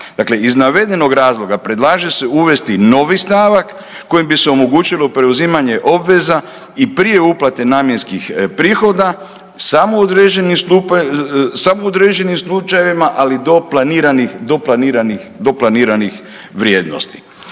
iz navedenog razloga predlaže se uvesti novi stavak kojim bi se omogućili preuzimanje obveza i prije uplate namjenskih prihoda samo određeni, samo u određenim slučajevima, ali do planiranih, do